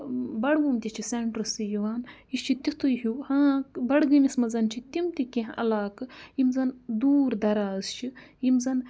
بَڈگوم تہِ چھِ سٮ۪نٹرسٕے یِوان یہِ چھُ تِتھُے ہیوٗ ہاں بَڈگٲمِس منٛز چھِ تِم تہِ کینٛہہ علاقہٕ یِم زَن دوٗر دَراز چھِ یِم زَن